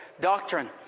doctrine